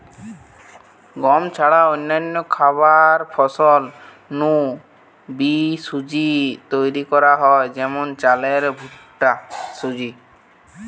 গম ছাড়া অন্যান্য খাবার ফসল নু বি সুজি তৈরি করা হয় যেমন চালের ভুট্টার সুজি